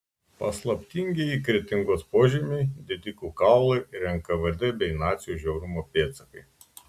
paslaptingieji kretingos požemiai didikų kaulai ir nkvd bei nacių žiaurumo pėdsakai